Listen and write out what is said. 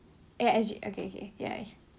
A_I_G okay okay ya ya